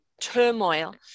turmoil